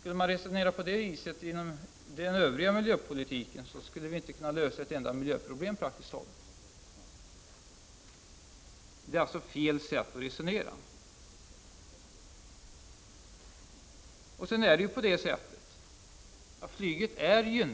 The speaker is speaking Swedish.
Skulle man resonera på det viset inom den övriga miljöpolitiken, skulle vi praktiskt taget inte kunna lösa ett enda miljöproblem. Det är alltså fel sätt att resonera. Flyget är,